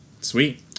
Sweet